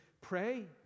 pray